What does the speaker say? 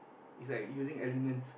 is like using elements